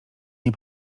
nie